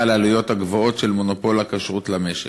על העלויות הגבוהות של מונופול הכשרות למשק.